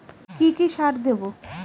কি কি সার দেবো?